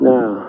Now